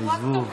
נראה לי.